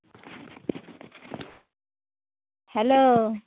hello